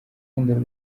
urukundo